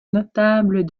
notables